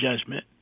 judgment